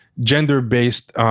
gender-based